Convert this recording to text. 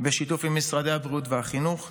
בשיתוף עם משרדי הבריאות והחינוך.